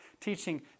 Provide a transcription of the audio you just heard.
teaching